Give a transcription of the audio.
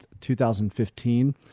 2015